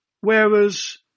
whereas